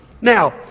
Now